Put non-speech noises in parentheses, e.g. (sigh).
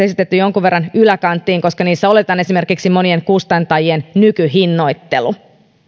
(unintelligible) esitetty jonkun verran yläkanttiin koska niissä oletetaan esimerkiksi monien kustantajien nykyhinnoittelu